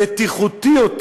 בטיחותי יותר.